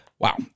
Wow